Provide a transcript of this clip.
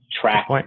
track